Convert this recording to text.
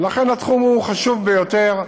ולכן התחום הוא חשוב ביותר.